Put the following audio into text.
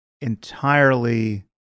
Entirely